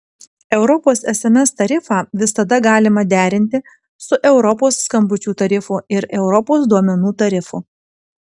europos sms tarifą visada galima derinti su europos skambučių tarifu ir europos duomenų tarifu